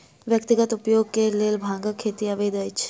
व्यक्तिगत उपयोग के लेल भांगक खेती अवैध अछि